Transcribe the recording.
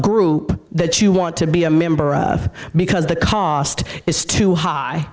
group that you want to be a member of because the cost is too high